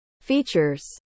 features